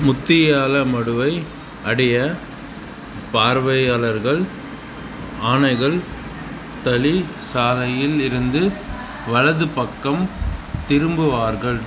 முத்தியாலமடுவை அடைய பார்வையாளர்கள் ஆனேகல் தளி சாலையில் இருந்து வலது பக்கம் திரும்புவார்கள்